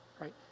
right